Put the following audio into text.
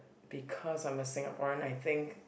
because I'm a Singaporean I think